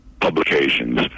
publications